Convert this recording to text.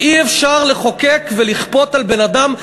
אי-אפשר לחוקק ולכפות על בן-אדם ליזום.